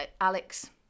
Alex